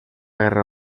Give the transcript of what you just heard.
guerra